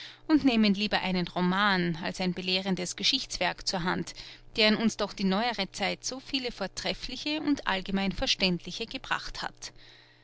und nehmen lieber einen roman als ein belehrendes geschichtswerk zur hand deren uns doch die neuere zeit so viele vortreffliche und allgemein verständliche gebracht hat